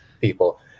people